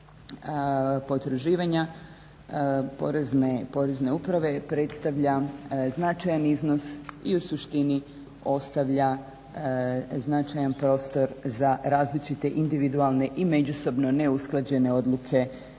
potraživanje Porezne uprave predstavlja značajan iznos i u suštini ostavlja značajan prostor za različite individualne i međusobno neusklađene odluke po